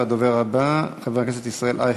הדובר הבא, חבר הכנסת אייכלר.